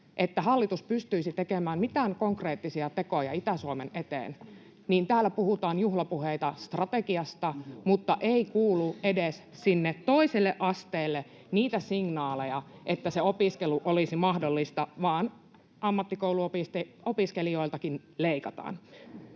että hallitus pystyisi tekemään mitään konkreettisia tekoja Itä-Suomen eteen, täällä puhutaan juhlapuheita strategiasta, mutta ei kuulu edes sinne toiselle asteelle niitä signaaleja, että se opiskelu olisi mahdollista, vaan ammattikouluopiskelijoiltakin leikataan.